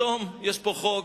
פתאום יש חוק